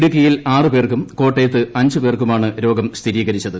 ഇടുക്കിയിൽ ആറ് പേർക്കും കോട്ടയത്ത് അഞ്ച് പേർക്കുമാണ് രോഗം സ്ഥിരീകരിച്ചത്